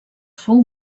fou